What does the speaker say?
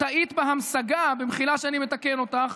טעית בהמשגה, מחילה שאני מתקן אותך,